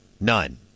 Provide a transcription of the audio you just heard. none